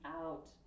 out